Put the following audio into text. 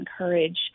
encourage